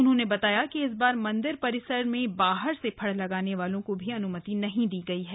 उन्होंने बताया कि इस बार मंदिर परिसर में बाहर से फड़ लगाने वालों को भी अन्मति नहीं दी गई है